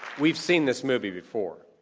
we've seen this movie before.